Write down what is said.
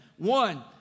One